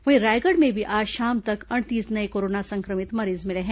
वहीं रायगढ़ में भी आज शाम तक अड़तीस नये कोरोना संक्रमित मरीज मिले हैं